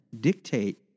dictate